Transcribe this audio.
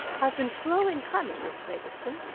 i've been slow in coming, miss blakiston,